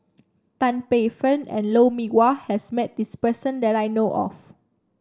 Tan Paey Fern and Lou Mee Wah has met this person that I know of